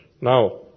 Now